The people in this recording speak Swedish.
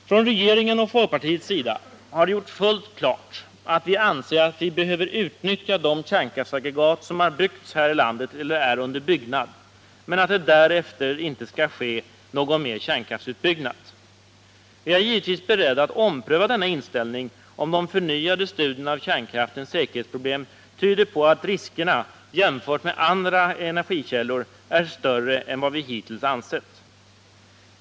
Från regeringens och folkpartiets sida har det gjorts fullt klart att vi anser att vi behöver utnyttja de kärnkraftsaggregat som har byggts här i landet eller som är under byggnad men att det därefter icke skall ske någon mer kärnkraftsutbyggnad. Vi är givetvis beredda att ompröva denna inställning, om de förnyade studierna av kärnkraftens säkerhetsproblem tyder på att riskerna — jämfört med andra energikällor — är större än vad vi hittills ansett.